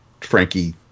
Frankie